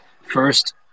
first